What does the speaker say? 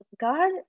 God